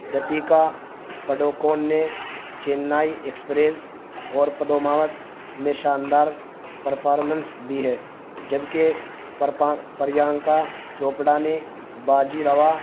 دپیکا پادوکون نے چینئی ایکسپریس اور پدماوت میں شاندار پرفارمنس دی ہے جبکہ پریانکہ چوپڑا نے باجی راو